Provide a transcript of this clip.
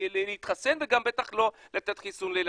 להתחסן ובטח לא לחסן את הילדים.